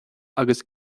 agus